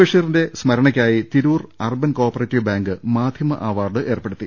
ബഷീറിന്റെ സ്മരണയ്ക്കായി Tirur urban cooperative bank മാധ്യമ അവാർഡ് ഏർപ്പെടുത്തി